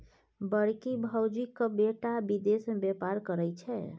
बड़की भौजीक बेटा विदेश मे बेपार करय छै